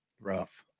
Rough